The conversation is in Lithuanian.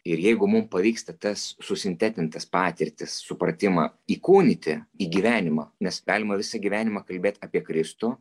ir jeigu mum pavyksta tas susintetintas patirtis supratimą įkūnyti į gyvenimą nes galima visą gyvenimą kalbėt apie kristų